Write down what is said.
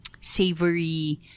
savory